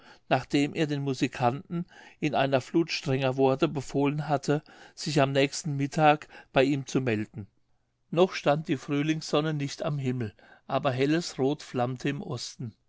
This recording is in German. nachdem er den musikanten in einer flut strenger worte befohlen hatte sich am nächsten mittag bei ihm zu melden noch stand die frühlingssonne nicht am himmel aber helles rot flammte im osten